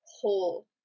whole